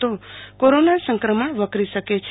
તો કોરોના સંક્રમણ વકરી શકે છે